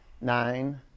nine